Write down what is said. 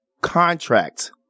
contract